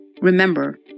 Remember